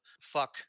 Fuck